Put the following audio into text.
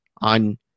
on